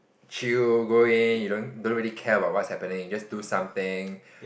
chill going you don't don't really care about what's happening you just do something